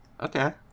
Okay